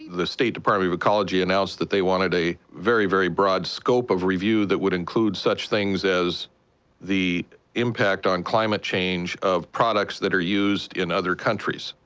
the state department of ecology announced that they wanted a very, very broad scope of review that would include such things as the impact on climate change of products that are used in other countries.